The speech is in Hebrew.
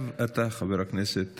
עכשיו אתה, חבר הכנסת